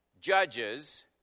judges